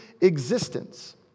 existence